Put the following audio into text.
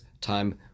time